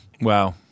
Wow